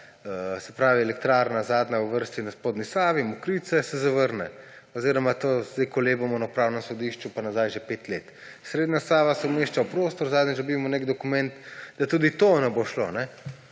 z zadnjo elektrarno v vrsti na spodnji Savi, Mokrice – se zavrne. Oziroma zdaj kolebamo na Upravnem sodišču pa nazaj že pet let. Srednja Sava se umešča v prostor, zadnjič dobimo nek dokument, da tudi to ne bo šlo.